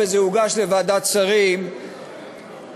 וזה הוגש לוועדת שרים השבוע.